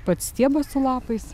pats stiebas su lapais